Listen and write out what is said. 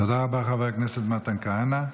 תודה רבה, חבר הכנסת מתן כהנא.